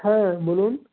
হ্যাঁ বলুন